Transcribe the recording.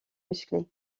musclé